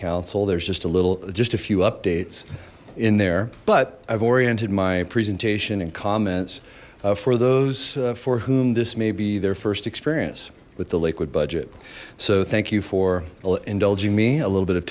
there's just a little just a few updates in there but i've oriented my presentation and comments for those for whom this may be their first experience with the lakewood budget so thank you for indulging me a little bit of